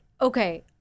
okay